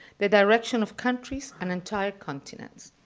the direction of countries and entire continents.